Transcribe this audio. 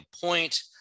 point